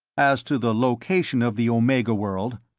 as to the location of the omega world,